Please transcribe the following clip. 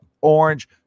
orange